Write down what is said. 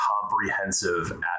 comprehensive